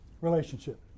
Relationship